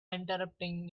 interrupting